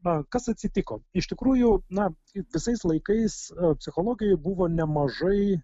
na kas atsitiko iš tikrųjų na visais laikais psichologijoj buvo nemažai